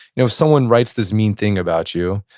you know if someone writes this mean thing about you,